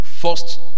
First